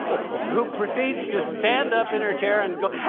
who proceeds to stand up in her chair and go,